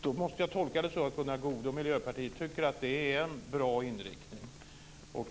Då måste jag tolka det så att Gunnar Goude och Miljöpartiet tycker att det är en bra inriktning.